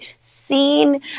seen